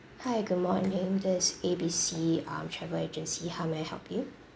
hi good morning this is A B C um travel agency how may I help you